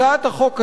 הצעת החוק הזאת,